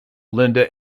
linda